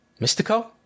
Mystico